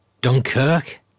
Dunkirk